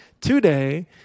today